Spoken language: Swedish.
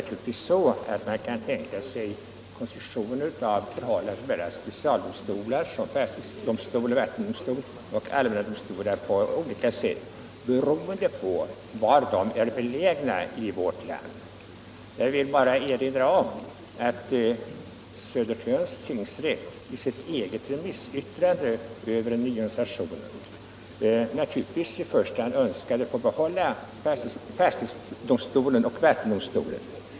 Herr talman! Man kan naturligtvis tänka sig olika kombinationer av specialdomstolar, såsom fastighetsdömstolar och vattendomstolar, och allmänna domstolar, beroende på var i vårt land de är belägna. Jag vill bara erinra om att Södertörns tingsrätt i sitt eget remissyttrande över den nya organisationen naturligtvis i första hand framhöll att man önskade behålla fastighetsdomstolen och vattendomstolen.